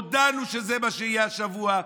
הודענו שזה מה שיהיה השבוע.